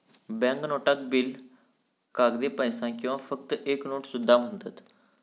bank नोटाक bill, कागदी पैसो किंवा फक्त एक नोट सुद्धा म्हणतत